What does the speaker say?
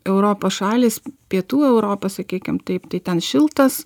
europos šalys pietų europa sakykim taip tai ten šiltas